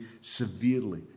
severely